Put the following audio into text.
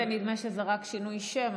לפעמים זה נדמה שזה רק שינוי שם,